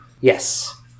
Yes